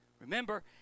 remember